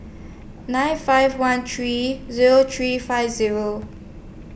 nine five one three Zero three five Zero